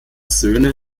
söhne